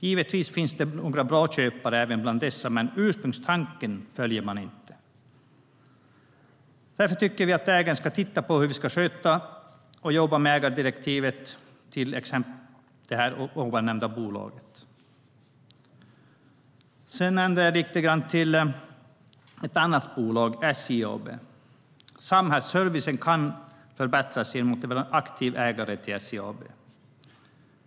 Givetvis finns det även bra köpare, men ursprungstanken följer man inte. Sedan till ett annat bolag, SJ AB. Samhällsservicen kan förbättras genom att man är en aktiv ägare till SJ AB.